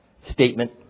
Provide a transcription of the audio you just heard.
statement